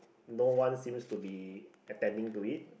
no one seems to be attending to it